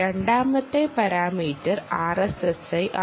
രണ്ടാമത്തെ parameter RSSI ആണ്